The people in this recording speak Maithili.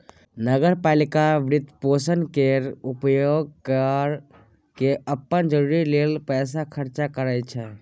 नगर पालिका वित्तपोषण केर उपयोग कय केँ अप्पन जरूरी लेल पैसा खर्चा करै छै